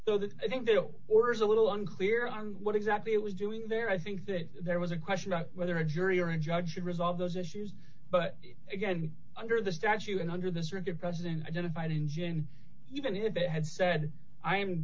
so that i think the order is a little unclear on what exactly it was doing there i think that there was a question about whether a jury or a judge could resolve those issues but again under the statute and under this rigid president identified in him even if they had said i am